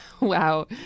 Wow